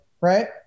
Right